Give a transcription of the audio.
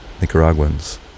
Nicaraguans